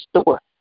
store